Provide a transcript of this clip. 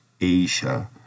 Asia